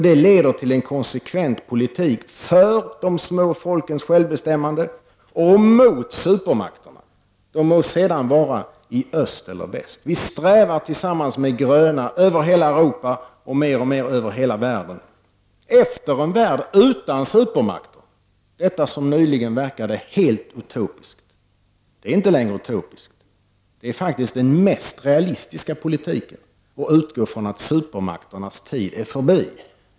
Det leder till en konsekvent politik för de små folkens självbestämmande och mot supermakterna, de må sedan återfinnas i öst eller väst. Vi strävar tillsammans med gröna över hela Europa och mer och mer över hela världen efter en värld utan supermakter. Det som nyligen verkade helt utopiskt är inte längre utopiskt. Det är faktiskt den mest realistiska politiken när den utgår från att supermakternas tid är förbi.